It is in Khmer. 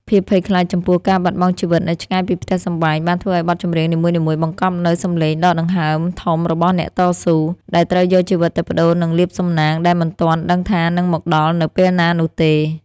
ភាពភ័យខ្លាចចំពោះការបាត់បង់ជីវិតនៅឆ្ងាយពីផ្ទះសម្បែង បានធ្វើឱ្យបទចម្រៀងនីមួយៗបង្កប់នូវសម្លេងដកដង្ហើមធំរបស់អ្នកតស៊ូ ដែលត្រូវយកជីវិតទៅប្តូរនឹងលាភសំណាងដែលមិនទាន់ដឹងថានឹងមកដល់នៅពេលណានោះទេ។